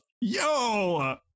yo